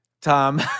Tom